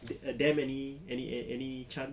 them any any any chance